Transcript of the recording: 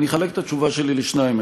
אני אחלק את התשובה שלי לשניים.